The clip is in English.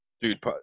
dude